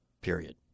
Period